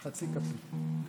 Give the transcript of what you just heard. תודה,